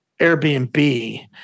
Airbnb